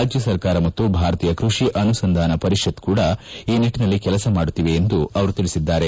ರಾಜ್ಯ ಸರ್ಕಾರ ಮತ್ತು ಭಾರತೀಯ ಕೈಷಿ ಅನುಸಂದಾನ ಪರಿಷತ್ ಕೂಡ ಈ ನಿಟ್ಲನಲ್ಲಿ ಕೆಲಸ ಮಾಡುತ್ತಿವೆ ಎಂದು ಅವರು ತಿಳಿಸಿದ್ದಾರೆ